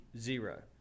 zero